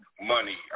money